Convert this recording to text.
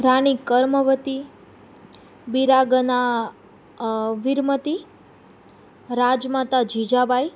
રાણી કર્મવતી બિરાગના વિરમતી રાજમાતા જીજાબાઈ